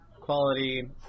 quality